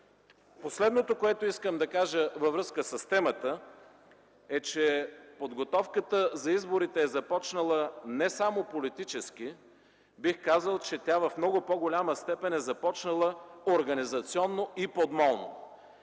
Последното, което искам да кажа във връзка с темата, е, че подготовката за изборите е започнала не само политически. Бих казал, че тя в много по-голяма степен е започнала организационно и подмолно.